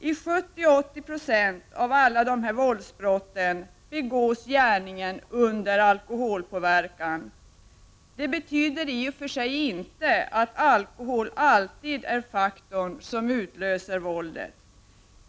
I 70-80 96 av alla våldsbrott begås gärningen under alkoholpåverkan. Det betyder i och för sig inte att alkohol alltid är faktorn som utlöser våldet.